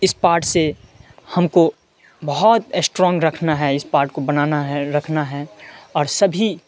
اس part سے ہم کو بہت اسٹرانگ رکھنا ہے اس پارٹ کو بنانا ہے رکھنا ہے اور سبھی